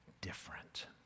different